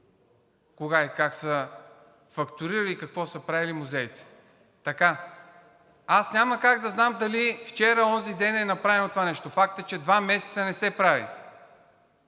кога и как са фактурирали и какво са правили музеите. Аз няма как да знам дали вчера, онзиден е направено това нещо – факт е, че два месеца не се прави.